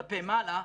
כלפי מעלה.